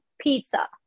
pizza